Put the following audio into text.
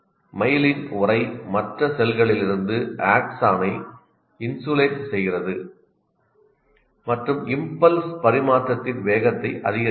myelin உறை மற்ற செல்களிலிருந்து ஆக்சானை இன்சுலேட் செய்கிறது மற்றும் இம்பல்ஸ் பரிமாற்றத்தின் வேகத்தை அதிகரிக்கிறது